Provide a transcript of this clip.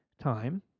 time